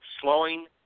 Slowing